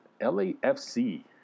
LAFC